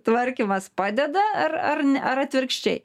tvarkymas padeda ar ar ne ar atvirkščiai